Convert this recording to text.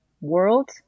world